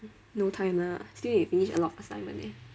no time lah still need to finish assignment eh